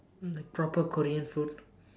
like proper Korean food